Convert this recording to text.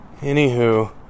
anywho